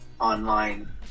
online